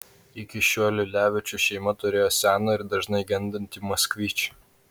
iki šiol liulevičių šeima turėjo seną ir dažnai gendantį moskvič